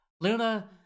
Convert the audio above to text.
Luna